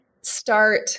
start